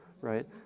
right